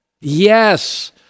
Yes